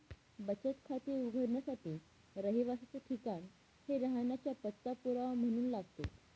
बचत खाते उघडण्यासाठी रहिवासाच ठिकाण हे राहण्याचा पत्ता पुरावा म्हणून लागतो